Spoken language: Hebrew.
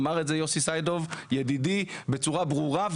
אמר את זה יוסי סעידוב ידידי בצורה ברורה,